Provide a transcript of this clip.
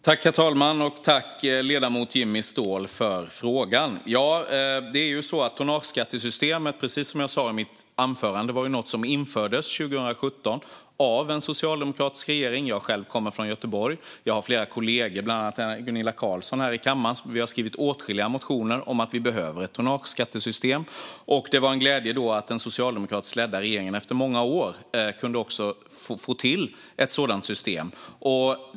Herr talman! Tack, ledamoten Jimmy Ståhl, för frågan! Tonnageskattesystemet infördes, precis som jag sa i mitt anförande, 2017 av en socialdemokratisk regering. Jag, som själv kommer från Göteborg, och flera kollegor, bland annat Gunilla Carlsson som är här i kammaren, skrev åtskilliga motioner om att det behövdes ett tonnageskattesystem. Det var därför en glädje att den socialdemokratiskt ledda regeringen efter många år kunde få till ett sådant system.